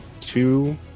two